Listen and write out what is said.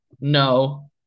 no